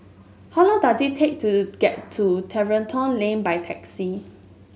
how long does it take to get to Tiverton Lane by taxi